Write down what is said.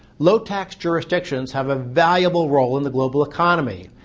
low-tax jurisdictions have a valuable role in the global economy.